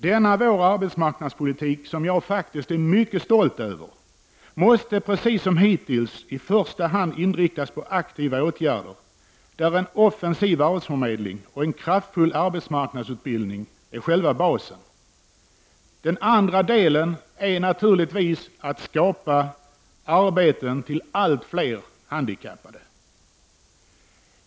Denna vår arbetsmarknadspolitik, som jag faktiskt är mycket stolt över, måste precis som hittills i första hand inriktas på aktiva åtgärder, där en offensiv arbetsförmedling och en kraftfull arbetsmarknadsutbildning utgör själva basen. En annan komponent är naturligtvis att skapa arbete till allt fler handikappade.